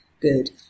good